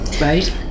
right